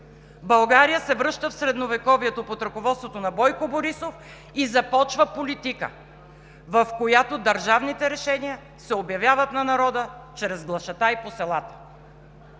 България се връща в Средновековието под ръководството на Бойко Борисов и започва политика, в която държавните решения се обявяват на народа чрез глашатаи по селата!